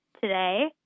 today